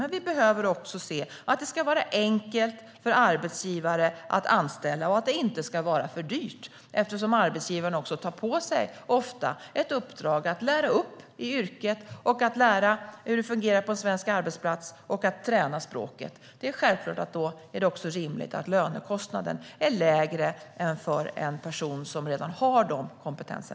Men vi behöver också se att det ska vara enkelt för arbetsgivare att anställa och att det inte ska vara för dyrt eftersom arbetsgivaren ofta tar på sig uppdraget att lära upp i yrket, lära ut hur det fungerar på en svensk arbetsplats och träna språket. Självklart är det då rimligt att lönekostnaden är lägre än för en person som redan har dessa kompetenser.